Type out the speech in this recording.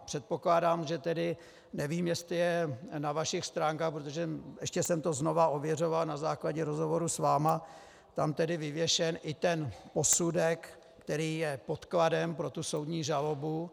Předpokládám, že tedy nevím, jestli je na vašich stránkách, protože ještě jsem to znova ověřoval na základě rozhovoru s vámi, tam tedy vyvěšen i posudek, který je podkladem pro soudní žalobu.